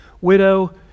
widow